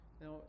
Now